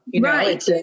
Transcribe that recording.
right